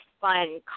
fun